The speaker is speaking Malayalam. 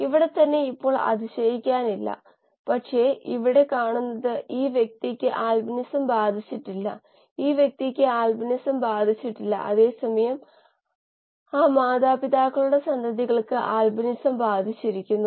അതുപോലെ ബയോറിയാക്ഷൻ സ്റ്റോകിയോമെട്രി എന്നത് ബയോസിസ്റ്റംസ് ഉൾപ്പെടുന്ന മെറ്റീരിയൽ ഊർജ്ജ ബാലൻസ് കണക്കുകൂട്ടലുകളെയാണ് സൂചിപ്പിക്കുന്നത്